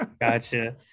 Gotcha